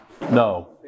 No